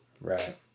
Right